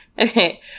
Okay